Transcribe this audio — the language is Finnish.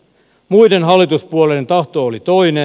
muiden hallituspuolueiden tahto oli toinen